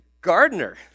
gardener